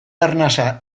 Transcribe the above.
arnasa